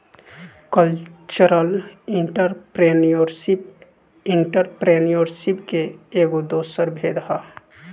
cultural entrepreneurship entrepreneurship के एगो दोसर भेद ह